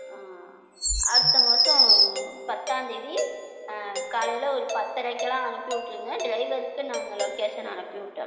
அடுத்த மாதம் பத்தாந்தேதி காலையில் ஒரு பத்தரைக்கிலாம் அனுப்பிவிட்ருங்க டிரைவருக்கு நாங்கள் லொக்கேஷன் அனுப்பிவிட்டு